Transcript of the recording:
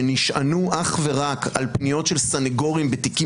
שנשענו אך ורק על פניות של סנגורים בתיקים